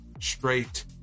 straight